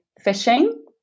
fishing